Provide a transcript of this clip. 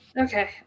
Okay